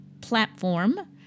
platform